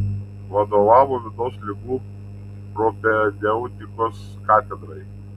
vadovavo vidaus ligų propedeutikos katedrai